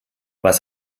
was